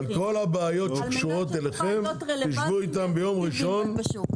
על כל הבעיות שקשורות אליכם תשבו איתם ביום ראשון.